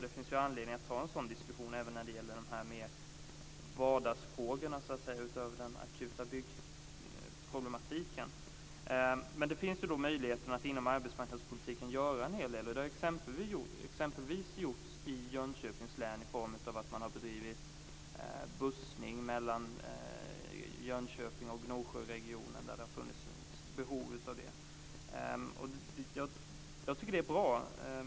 Det finns anledning att ta en sådan diskussion även om vardagsfrågorna utöver den akuta byggproblematiken. Det finns möjligheter att göra en hel del inom arbetsmarknadspolitiken. Det har exempelvis gjorts i Jönköpings län i form av att man har bedrivit bussning mellan Jönköping och Gnosjöregionen när det har funnits behov av det. Jag tycker att det är bra.